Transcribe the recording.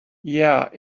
yeah